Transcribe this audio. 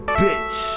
bitch